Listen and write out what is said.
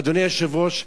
אדוני היושב-ראש,